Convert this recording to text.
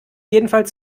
jedenfalls